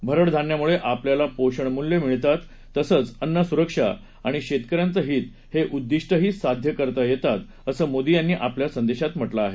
भरडधान्यामुळे आपल्याला पोषणमुल्य मिळतात तसंच अन्नसुरक्षा आणि शेतकऱ्यांचं हितही उद्दिष्टही साध्य करता येतात असं मोदी यांनी आपल्या संदेशात म्हटलं आहे